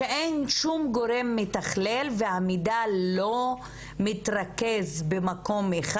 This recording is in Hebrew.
שאין שום גורם מתכלל והמידע לא מתרכז במקום אחד,